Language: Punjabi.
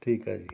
ਠੀਕ ਆ ਜੀ